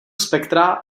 spektra